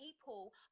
people